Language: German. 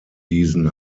diesen